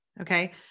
okay